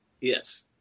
Yes